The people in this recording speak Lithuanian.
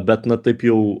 bet na taip jau